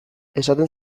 esaten